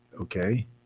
okay